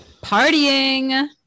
Partying